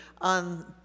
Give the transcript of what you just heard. on